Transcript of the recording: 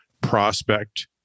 prospect